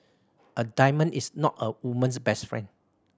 a diamond is not a woman's best friend